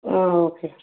okay